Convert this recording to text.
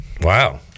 Wow